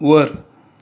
वर